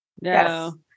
No